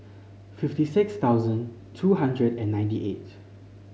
fifty six thousand two hundred and ninety eight